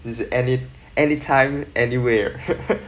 it is any anytime anywhere